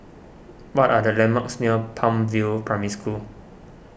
what are the landmarks near Palm View Primary School